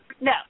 No